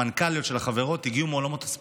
המנכ"ליות של החברות הגיעו מעולמות הספורט.